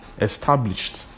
established